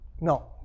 No